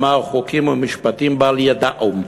שאמר: "חוקים ומשפטים בל ידעום",